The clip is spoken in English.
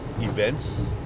events